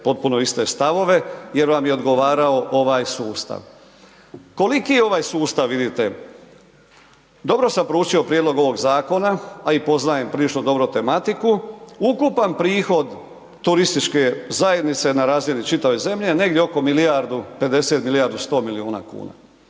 potpuno iste stavove jer vam je odgovarao ovaj sustav. Koliki je ovaj sustav vidite, dobro sam proučio prijedlog ovog zakona, a i poznajem prilično dobro tematiku, ukupan prihod turističke zajednice na razini čitave zemlje je negdje oko milijardu 50, milijardu 100 milijuna kuna,